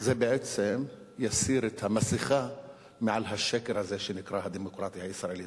זה בעצם יסיר את המסכה מעל השקר הזה שנקרא "הדמוקרטיה הישראלית".